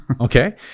Okay